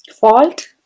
fault